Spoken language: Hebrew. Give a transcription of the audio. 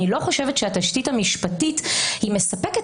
אני לא חושבת שהתשתית המשפטית מספקת